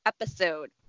episode